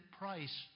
price